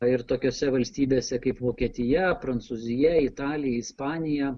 ir tokiose valstybėse kaip vokietija prancūzija italija ispanija